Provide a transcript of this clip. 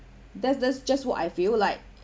that's that's just what I feel like